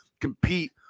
compete